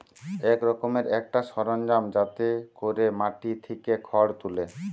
এক রকমের একটা সরঞ্জাম যাতে কোরে মাটি থিকে খড় তুলে